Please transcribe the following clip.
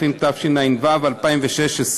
התשע"ו 2016,